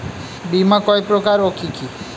বীমা কয় প্রকার কি কি?